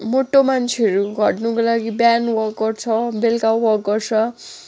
मोटो मान्छेहरू घट्नुको लागि बिहान वक गर्छ बेलुका वक गर्छ